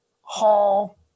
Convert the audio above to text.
Hall